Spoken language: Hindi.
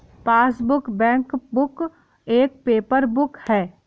पासबुक, बैंकबुक एक पेपर बुक है